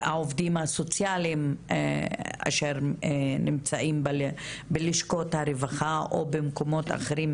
העובדים הסוציאליים אשר נמצאים בלשכות הרווחה או במקומות אחרים,